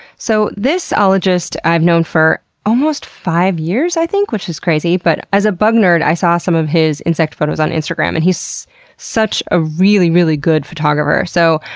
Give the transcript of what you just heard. so this ologist i've known for almost five years, i think, which is crazy. but as a big bug nerd, i saw some of his insect photos on instagram and he's such a really, really, good photographer. so,